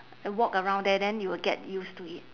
walk around there then you will get used to it